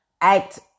act